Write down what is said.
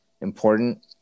important